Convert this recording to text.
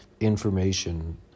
information